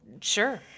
Sure